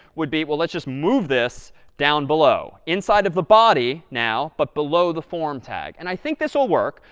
would be, well, let's just move this down below, inside of the body now but below the form tag. and i think this will work.